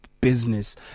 business